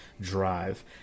drive